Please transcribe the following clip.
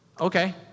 okay